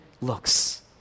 looks